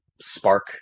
spark